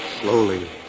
Slowly